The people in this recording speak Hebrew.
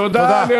תודה, חיים.